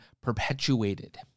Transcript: perpetuated